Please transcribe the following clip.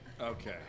Okay